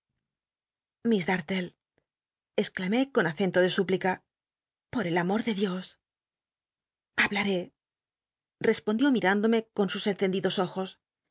darlle exclamé con acento de súplica po el amor de dios ll bl wé respondió mi indome con us encendidos ojos